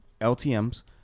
LTM's